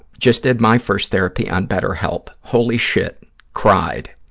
just did my first therapy on betterhelp. holy shit, cried,